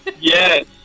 Yes